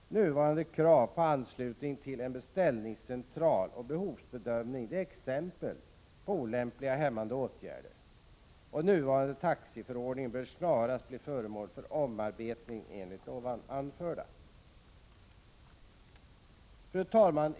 Nuvarande krav på anslutning till en beställningscentral och behovsbedömning är exempel på olika hämmande åtgärder, och nuvarande taxiförordning bör snarast bli föremål för omprövning i enlighet med vad jag har anfört. Fru talman!